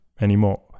anymore